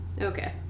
Okay